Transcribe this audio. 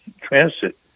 transit